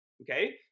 Okay